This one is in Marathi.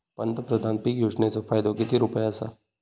पंतप्रधान पीक योजनेचो फायदो किती रुपये आसा?